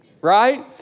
right